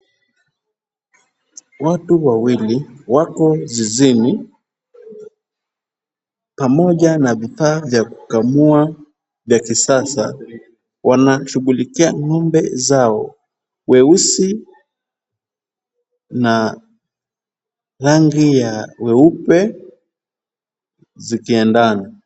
Watu wawili wako zizini pamoja na vifaa vya kukamua vya kisasa. Wanashughulikia ng'ombe zao weusi na rangi ya weupe zikiendana.